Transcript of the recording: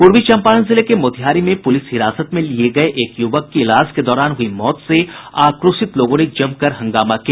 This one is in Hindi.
पूर्वी चंपारण जिले के मोतिहारी में पुलिस हिरासत में लिये गये एक युवक की इलाज के दौरान हुई मौत से आक्रोशित लोगों ने जमकर हंगामा किया